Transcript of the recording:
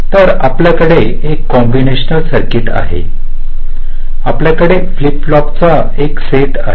तर आपल्याकडे एक कॉम्बिनेशनल सर्किट आहे आपल्याकडे फ्लिप फ्लॉप चा एक सेट आहे